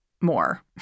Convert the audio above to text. more